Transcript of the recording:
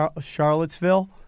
Charlottesville